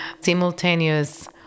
simultaneous